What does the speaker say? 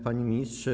Panie Ministrze!